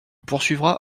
poursuivra